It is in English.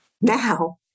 now